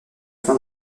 fin